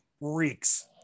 reeks